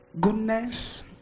goodness